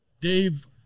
Dave